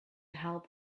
help